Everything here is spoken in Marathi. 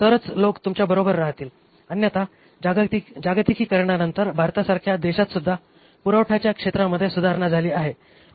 तरच लोक तुमच्या बरोबर राहतील अन्यथा जागतिकीकरणानंतर भारतासारख्या देशातसुद्धा पुरवठ्याच्या क्षेत्रामध्ये सुधारणा झाली आहे